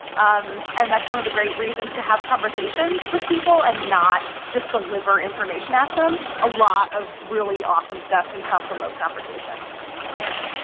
um and that's one of the great reasons to have conversations with people and not just deliver information at them. a lot of really awesome stuff can come from those conversations yeah.